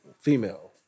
female